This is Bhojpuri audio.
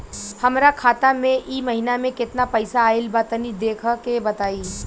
हमरा खाता मे इ महीना मे केतना पईसा आइल ब तनि देखऽ क बताईं?